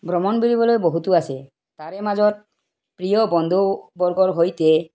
ভ্ৰমণ বুলিবলৈ বহুতো আছে তাৰে মাজত প্ৰিয় বন্ধুবৰ্গৰ সৈতে